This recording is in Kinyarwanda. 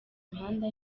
imihanda